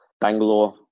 Bangalore